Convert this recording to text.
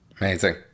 Amazing